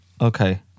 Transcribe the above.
Okay